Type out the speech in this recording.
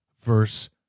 verse